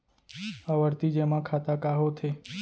आवर्ती जेमा खाता का होथे?